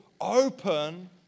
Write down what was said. open